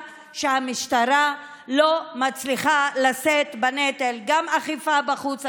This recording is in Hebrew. שהמשטרה לא מצליחה לשאת בנטל עם אכיפה בחוץ.